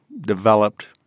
developed